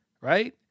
right